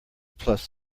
plus